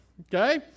okay